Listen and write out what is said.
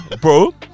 bro